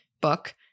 book